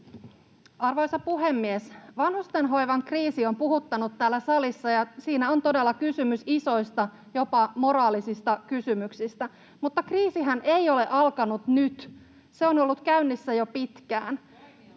Arvoisa puhemies! Vanhustenhoivan kriisi on puhuttanut täällä salissa, ja siinä on todella kysymys isoista, jopa moraalisista kysymyksistä, mutta kriisihän ei ole alkanut nyt, se on ollut käynnissä jo pitkään.